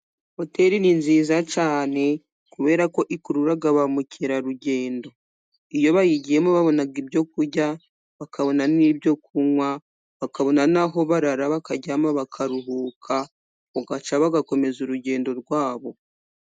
Hoteli ni nziza cyane kubera ko ikurura ba mukerarugendo, iyo bayigiyemo babona ibyo kurya bakabona n'ibyo kunywa, bakabona naho barara bakaryama bakaruhuka bugacya bagakomeza urugendo rwabo.